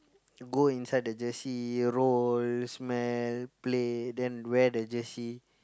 go inside the jersey roll smell play then wear the jersey